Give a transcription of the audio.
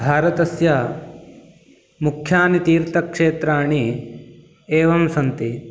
भारतस्य मुख्यानि तीर्थक्षेत्राणि एवं सन्ति